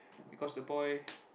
because the boy